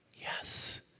Yes